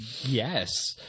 yes